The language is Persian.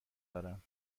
دارم